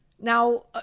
Now